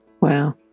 Wow